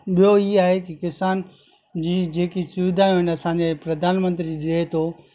ॿियों ई आहे की किसान जी जेकी सुविधाऊं आहिनि असांजे प्रधानमंत्री जे हितो